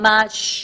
ממש,